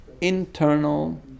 internal